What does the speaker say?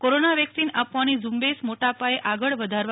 corona vaccine આપવાની ઝુંબેશ મોટાપાયે આગળ વધારવા